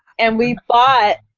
and we bought,